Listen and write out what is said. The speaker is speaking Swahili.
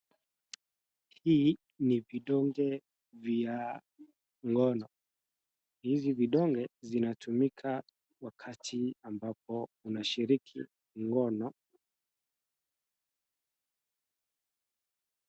Hii ni vidonge vya ngono. Hizi vidonge zinatumika wakati ambapo unashiriki ngono.